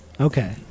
okay